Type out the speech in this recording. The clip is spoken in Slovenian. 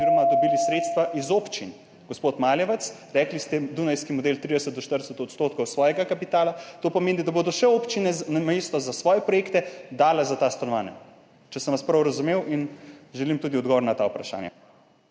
dobili sredstva iz občin. Gospod Maljevac, rekli ste dunajski model, 30 do 40 % svojega kapitala. To pomeni, da bodo še občine namesto za svoje projekte dale za ta stanovanja, če sem vas prav razumel. In želim tudi odgovor na ta vprašanja.